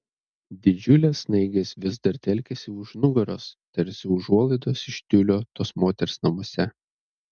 didžiulės snaigės vis dar telkėsi už nugaros tarsi užuolaidos iš tiulio tos moters namuose